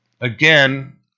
again